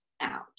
out